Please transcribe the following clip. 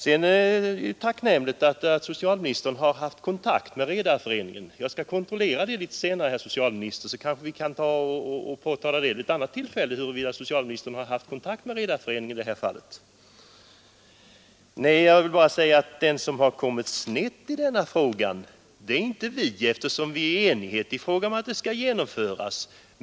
Det är tacknämligt att socialministern har haft kontakt med Sveriges Redareförening. Jag skall kontrollera det senare, herr socialminister, så kanske vi vid ett annat tillfälle kan diskutera huruvida socialministern verkligen haft kontakt med Redareföreningen i detta fall. Den som kommit snett i denna fråga är inte vi, eftersom vi är på det klara med att reformen skall genomföras.